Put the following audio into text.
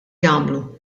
jagħmlu